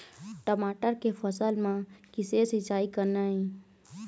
टमाटर के फसल म किसे सिचाई करना ये?